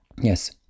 Yes